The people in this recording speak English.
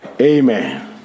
Amen